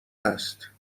هست